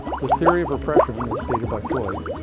the theory of repression, as stated by freud,